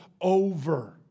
over